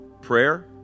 Prayer